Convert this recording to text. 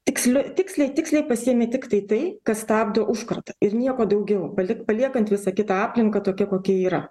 tiksliu tiksliai tiksliai pasiimi tiktai tai kas stabdo užkratą ir nieko daugiau palikt paliekant visą kitą aplinką tokia kokia yra